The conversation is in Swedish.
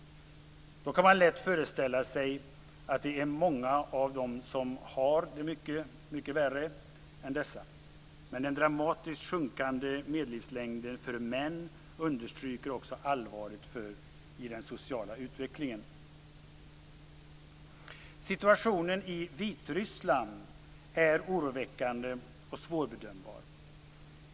Då kan man lätt föreställa sig att det är många som har det mycket värre än dessa. Den dramatiskt sjunkande medellivslängden för män understryker också allvaret i den sociala utvecklingen. Situationen i Vitryssland är oroväckande och svårbedömbar.